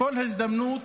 בכל הזדמנות,